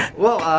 well,